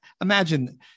Imagine